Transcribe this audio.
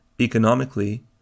Economically